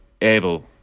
able